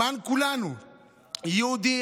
למען כולנו: יהודי,